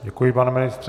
Děkuji, pane ministře.